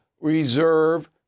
reserve